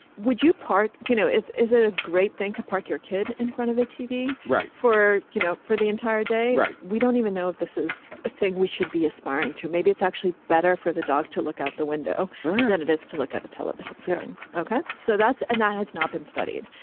would you park? you know, is is it a great thing to park your kid in front of a tv? right. for, you know, for the entire day. right. we don't even know if this is a thing we should be aspiring to. maybe it's actually better for the dog to look out the window than it is to look at a television screen. ok. so that's and that has not been studied.